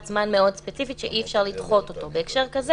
זמן מאוד ספציפית שאי-אפשר לדחות אותו בהקשר כזה